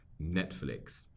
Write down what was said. Netflix